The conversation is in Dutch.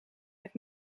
met